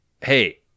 Hey